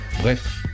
bref